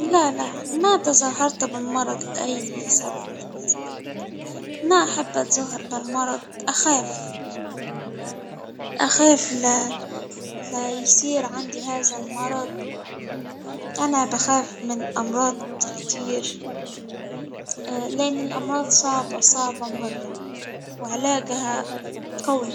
لا لا ما تظاهرت بالمرض لأي سبب من الأسباب ما أحب التظاهر للمرض اخاف، اخاف لايصير عندي هذا المرض أنا بخاف من أمراض كتير لأن الأمر صعبة صعبة مرة، وعلاجها قوي.